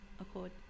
accord